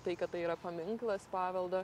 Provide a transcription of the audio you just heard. tai kad tai yra paminklas paveldo